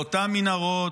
לאותן מנהרות,